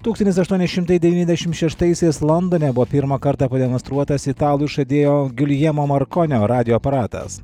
tūkstantis aštuoni šimtai devyniasdešim šeštaisiais londone buvo pirmą kartą pademonstruotas italų išradėjo giuljemo markonio radijo aparatas